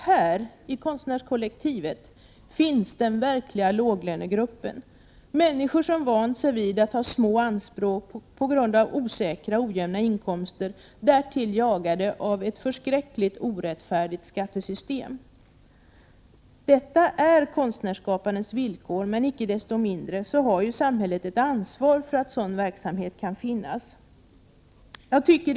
Inom konstnärskollektivet finns den verkliga låglönegruppen, som består av människor som vant sig vid att ha små anspråk på grund av osäkra, ojämna inkomster, därtill jagade av ett förskräckligt orättfärdigt skattesystem. Detta är konstnärsskapets villkor, men icke desto mindre har samhället ett ansvar för att sådan verksamhet kan existera.